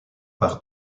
par